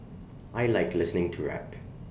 I Like listening to rap